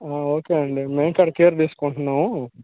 okay అండీ మేము కూడా కేర్ తీసుకుంటున్నాము